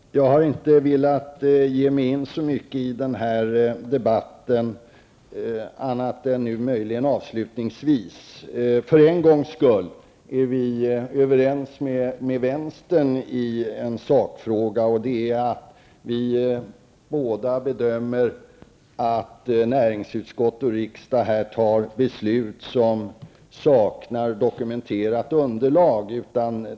Fru talman! Jag har inte velat ge mig in så mycket i den här debatten, men jag gör det nu avslutningsvis. För en gångs skull är vi överens med vänstern i en sakfråga, nämligen att näringsutskottet har utrett en fråga som riksdagen kommer att fatta beslut om och som saknar dokumenterat underlag.